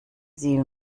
sie